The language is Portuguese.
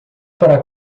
para